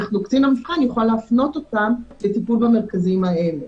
קצין המבחן יוכל להפנות אותם לטיפול במרכזים האלה.